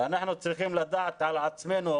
אנחנו צריכים לדעת על עצמנו,